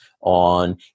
on